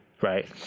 right